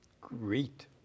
Great